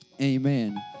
Amen